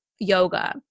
yoga